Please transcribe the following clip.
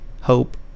hope